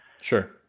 Sure